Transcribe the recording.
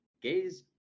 gays